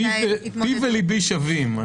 פי וליבי שווים.